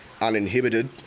uninhibited